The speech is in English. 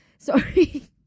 sorry